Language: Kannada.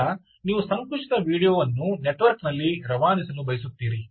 ನಂತರ ನೀವು ಸಂಕುಚಿತ ವೀಡಿಯೊ ವನ್ನು ನೆಟ್ವರ್ಕ್ನಲ್ಲಿ ರವಾನಿಸಲು ಬಯಸುತ್ತೀರಿ